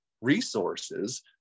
resources